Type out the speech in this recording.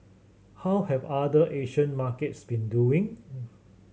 how have other Asian markets been doing